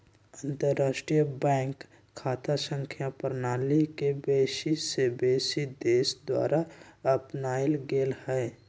अंतरराष्ट्रीय बैंक खता संख्या प्रणाली के बेशी से बेशी देश द्वारा अपनाएल गेल हइ